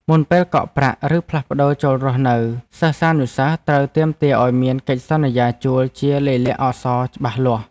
មុនពេលកក់ប្រាក់ឬផ្លាស់ប្តូរចូលរស់នៅសិស្សានុសិស្សត្រូវទាមទារឱ្យមានកិច្ចសន្យាជួលជាលាយលក្ខណ៍អក្សរច្បាស់លាស់។